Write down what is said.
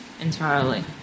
entirely